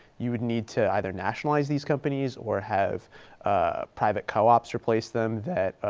you would need to either nationalize these companies or have private co-ops replace them that,